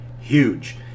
Huge